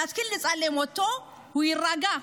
נתחיל לצלם אותו והוא יירגע.